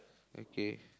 okay